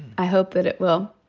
i hope that it will.